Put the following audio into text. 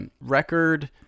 record